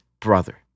brother